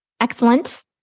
Excellent